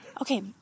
Okay